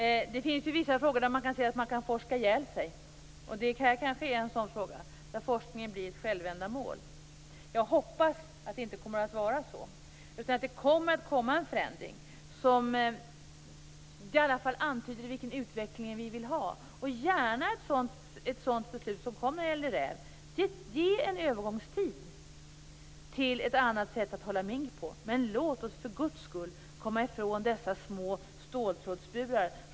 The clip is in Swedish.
Det finns vissa frågor där det kan sägas att man kan forska ihjäl sig. Det här kanske är en sådan fråga där forskningen blir ett självändamål. Jag hoppas att det inte kommer att vara så utan att det kommer en förändring, som i alla fall antyder vilken utveckling vi vill ha - gärna ett sådant beslut som det om rävar. Ge en övergångstid till ett annat sätt att hålla mink på. Men låt oss för Guds skull komma ifrån dessa små ståltrådsburar.